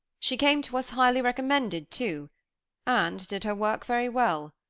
she came to us highly recommended, too and did her work very well.